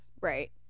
Right